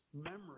memory